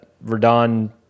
Verdon